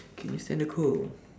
K withstand the cold